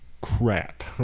crap